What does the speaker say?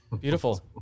Beautiful